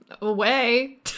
away